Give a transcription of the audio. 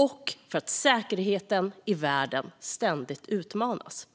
Och eftersom säkerheten i världen ständigt utmanas